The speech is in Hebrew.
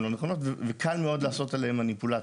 לא נכונות וקל מאוד לעשות עליהן מניפולציות.